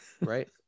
right